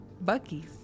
bucky's